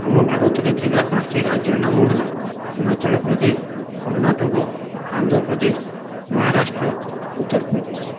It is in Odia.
ଆମ ଭାରତରେ ଥିବା ପାଞ୍ଚ୍ଟି ରାଜ୍ୟର ନାମ ହେଲା ହିମାଚଳପ୍ରଦେଶ କର୍ଣ୍ଣାଟକ ଆନ୍ଧ୍ରପ୍ରଦେଶ ମହାରାଷ୍ଟ୍ର ଉତ୍ତରପ୍ରଦେଶ